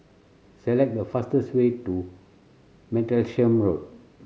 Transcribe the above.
select the fastest way to Martlesham Road